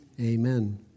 Amen